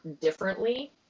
differently